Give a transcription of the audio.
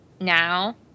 now